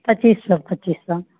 पचीस सए पचीस सए